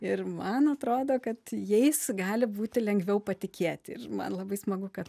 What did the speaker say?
ir man atrodo kad jais gali būti lengviau patikėti ir man labai smagu kad